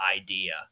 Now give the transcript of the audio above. idea